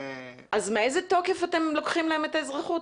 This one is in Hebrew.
מאיזה תוקף אתם לוקחים להם את האזרחות,